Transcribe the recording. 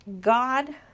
God